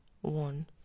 one